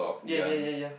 yea yea yea yea